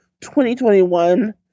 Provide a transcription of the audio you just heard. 2021